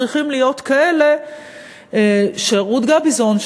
צריך להיות כזה שרות גביזון,